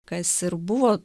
kas ir buvo